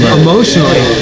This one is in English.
emotionally